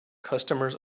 customers